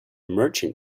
merchant